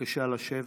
בבקשה לשבת.